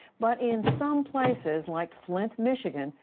but, in some places, like flint, michigan,